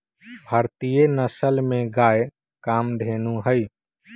भारतीय नसल में गाय कामधेनु हई